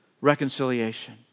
reconciliation